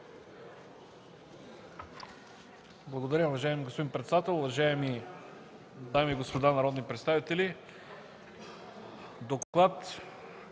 Благодаря. Уважаеми господин председател, уважаеми госпожи и господа народни представители! Първо,